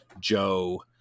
Joe